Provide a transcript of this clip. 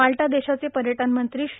माल्टा देशाचे पर्यटन मंत्री श्री